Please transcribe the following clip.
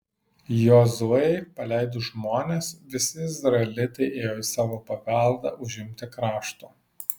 jozuei paleidus žmones visi izraelitai ėjo į savo paveldą užimti krašto